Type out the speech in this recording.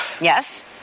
Yes